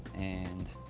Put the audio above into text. and